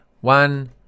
one